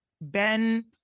ben